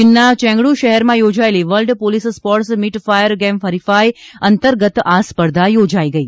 ચીનના ચેંગડુ શહેરમાં યોજાયેલી world police sports meet fire game હરિફાઈ અંતર્ગત આ સ્પર્ધા યોજાઈ ગઈ